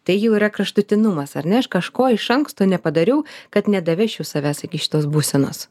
tai jau yra kraštutinumas ar ne aš kažko iš anksto nepadariau kad nedavesčiau savęs iki šitos būsenos